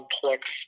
complex